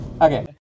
okay